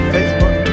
Facebook